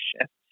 shift